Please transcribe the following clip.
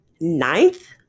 ninth